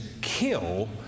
kill